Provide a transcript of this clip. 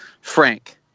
Frank